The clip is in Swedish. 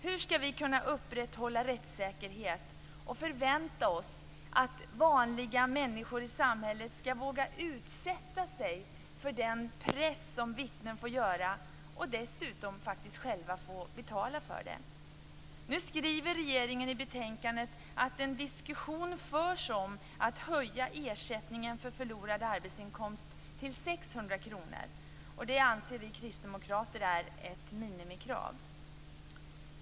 Hur skall vi kunna upprätthålla rättssäkerhet och förvänta oss att vanliga människor i samhället skall våga utsätta sig för den press som vittnen får göra och samtidigt betala för det? 600 kr. Det anser vi kristdemokrater är ett minimikrav.